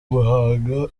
guhanga